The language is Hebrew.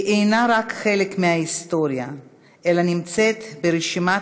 היא אינה רק חלק מההיסטוריה אלא נמצאת ברשימת